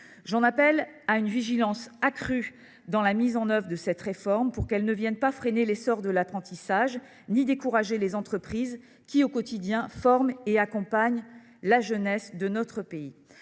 faire preuve d’une vigilance accrue sur la mise en œuvre de cette réforme, pour qu’elle ne vienne ni freiner l’essor de l’apprentissage ni décourager les entreprises, qui, au quotidien, forment et accompagnent la jeunesse de notre pays.